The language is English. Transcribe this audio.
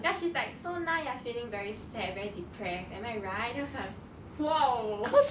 ya she's like so now you are feeling very sad very depressed am I right then I was like !wow!